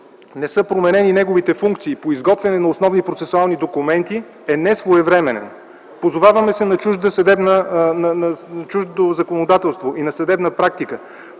не са променени неговите функции по изготвяне на основни процесуални документи, е несвоевременен. Позоваваме се на чуждо законодателство и на съдебна практика